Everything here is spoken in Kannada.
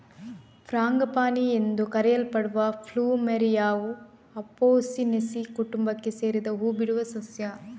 ಫ್ರಾಂಗಿಪಾನಿ ಎಂದು ಕರೆಯಲ್ಪಡುವ ಪ್ಲುಮೆರಿಯಾವು ಅಪೊಸಿನೇಸಿ ಕುಟುಂಬಕ್ಕೆ ಸೇರಿದ ಹೂ ಬಿಡುವ ಸಸ್ಯ